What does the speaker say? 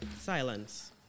Silence